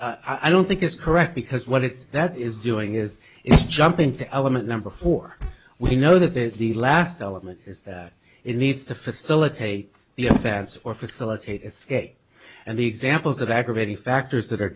chandra i don't think it's correct because what it that is doing is is jumping to element number four we know that the last element is that it needs to facilitate the offense or facilitate escape and the examples of aggravating factors that are